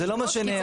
זה לא מה שנאמר,